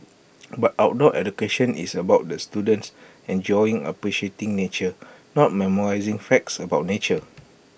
but outdoor education is about the students enjoying appreciating nature not memorising facts about nature